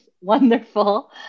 wonderful